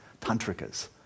tantricas